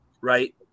right